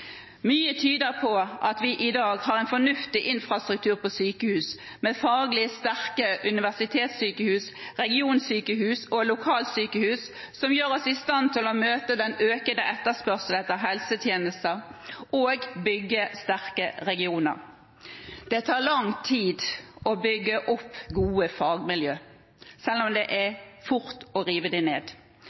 Mye tyder på at vi i dag har en fornuftig infrastruktur på sykehus med faglig sterke universitetssykehus, regionsykehus og lokalsykehus som gjør oss i stand til å møte den økende etterspørselen etter helsetjenester og bygge sterke regioner. Det tar lang tid å bygge opp gode fagmiljøer, selv om det går fort å rive dem ned.